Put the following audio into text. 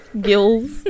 gills